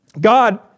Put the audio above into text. God